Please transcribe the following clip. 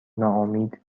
ناامید